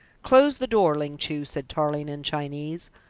close the door, ling chu, said tarling in chinese.